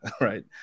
right